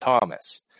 Thomas